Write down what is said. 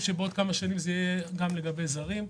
שבעוד כמה שנים זה יהיה גם לגבי זרים.